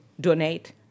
donate